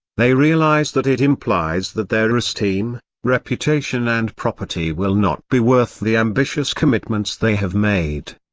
they realize that it implies that their esteem, reputation and property will not be worth the ambitious commitments they have made.